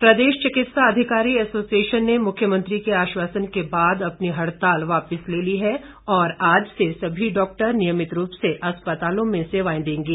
प्रदेश चिकित्सा अधिकारी एसोसिएशन ने मुख्यमंत्री के आश्वासन के बाद अपनी हड़ताल वापिस ले ली है और आज से सभी डॉक्टर नियमित रूप से अस्पतालों में सेवाएं देंगे